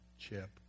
chip